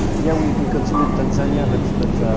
ah yeah, we we considered tanzania. but, but